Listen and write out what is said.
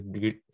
good